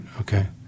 Okay